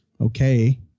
okay